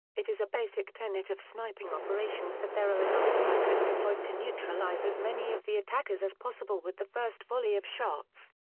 it is a basic tenet of sniping operations that there are enough snipers deployed to neutralize as many of the attackers as possible with the first volley of shots.